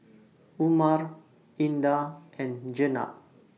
Umar Indah and Jenab